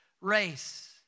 race